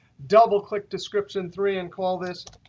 double click description three, and call this